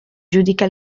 giudica